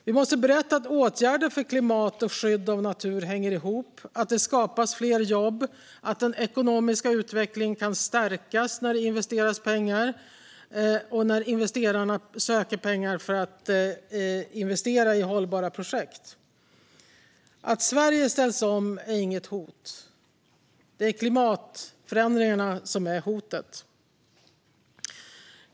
Vi måste berätta att åtgärder för klimat och skydd av natur hänger ihop, att det skapas fler jobb, att den ekonomiska utvecklingen kan stärkas när pengar investeras och när investerarna söker hållbara projekt att investera i. Att Sverige ställs om är inget hot. Det är klimatförändringarna som är hotet.